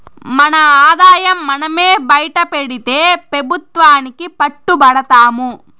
మన ఆదాయం మనమే బైటపెడితే పెబుత్వానికి పట్టు బడతాము